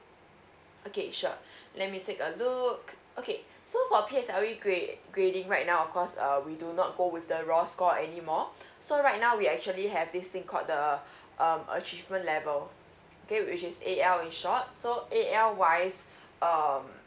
okay sure let me take a look okay so for P_S_L_E grade grading right now of course uh we do not go with the raw score anymore so right now we actually have this thing called the um achievement level okay which is A_L in short so A_L wise um